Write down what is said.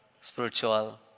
spiritual